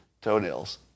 toenails